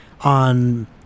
on